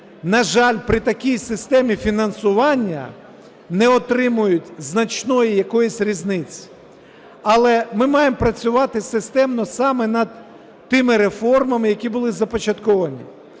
на жаль, при такій системі фінансування не отримають значної якоїсь різниці. Але ми маємо працювати системно саме над тими реформами, які були започатковані.